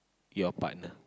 your partner